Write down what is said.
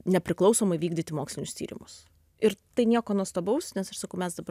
nepriklausomai vykdyti mokslinius tyrimus ir tai nieko nuostabaus nes aš sakau mes dabar